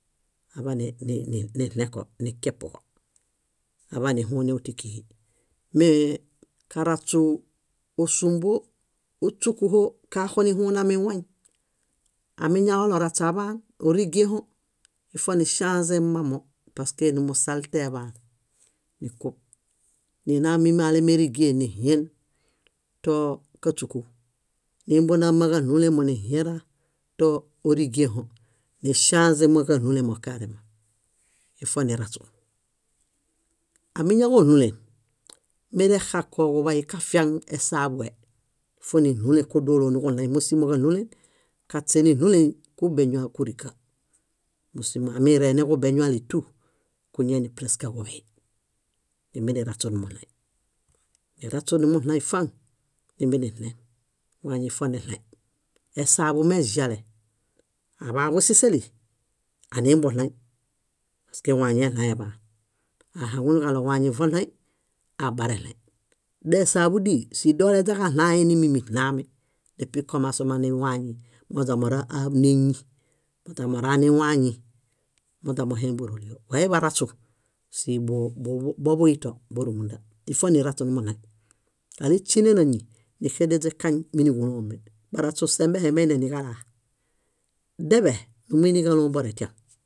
Aḃa ni- ni- niɭẽko, nikepuġo. Aḃanihuneu tíkiġi. Mee karaśu ósumbo óśukuho kaxunihunami wañ, amiñaoloraśu aḃã órigieho, ifo niŝãze mamo paske nimusalteeḃaan, nikub. Nina mími álemerigien nihien too káśuku, nimbuna ma ġáɭulemo nihierã too órigieho, niŝãze ma ġáɭulemo karema. Ifo niraśu. Añaġoɭulen, merexako kuḃay kafiaŋ esaaḃue, ifo níɭulẽko dóolo niġulaĩ. Músimo ġáɭulen, kaśe níɭulen kubeñuwa kúriga. Músimo amirene ġubeñuwali tú, kuñaini presk kuḃey. Nímbe niraśu nimuɭaĩ, niraśu nimuɭaĩ faŋ, nímbe niɭen. Waañi ifo neɭaĩ, esaḃu meĵale. Aabusiseli animbuɭaĩ paske waañi eɭaĩ eḃaan. Ahaŋunuġaɭo waañi voɭaĩ aabareɭaĩ. Desaḃu díi sidoeleźaġaɭayen nímimi ɭaami, dépi komasema niwaañi moźamora aab néñi, moźamora niwaañi, moźamoheen bórolio. Wae baraśu síboo bo- boḃuito bórumunda. Ifo niraśu nimuɭaĩ. Aleśienen áñi, níxedeźe kañ míniġuloome. Baraśu sembehe mene niġalaa. Deḃe, nimuini ġálõo boretiam.